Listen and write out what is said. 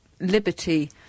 Liberty